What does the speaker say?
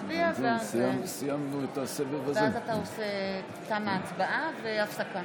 מצביעה מנסור עבאס, אינו נוכח עיסאווי פריג' מצביע